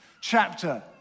chapter